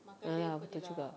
a'ah lah betul juga